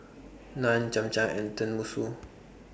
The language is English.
Naan Cham Cham and Tenmusu